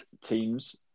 teams